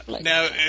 now